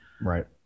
Right